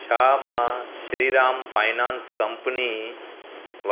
छा मां Shriram finance company